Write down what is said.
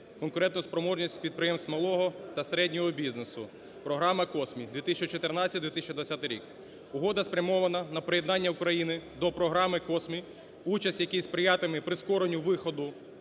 "Конкурентоспроможність підприємств малого і середнього бізнесу, програма (COSME) (2014-2020)". Угода спрямована на приєднання України до програми COSME, участь в якій сприятиме прискоренню виходу